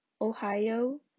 Ohio